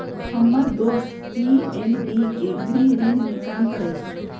हम्मर दोस पी.एन.बी के गृह ऋण में काम करइ छई